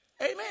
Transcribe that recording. Amen